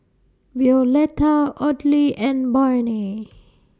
Violetta Audley and Barney